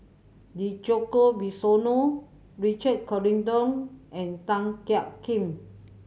Djoko Wibisono Richard Corridon and Tan Jiak Kim